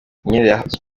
imyenda